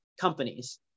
companies